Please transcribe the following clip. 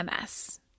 MS